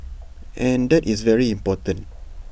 and that is very important